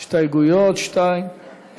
הסתייגויות, שתיים.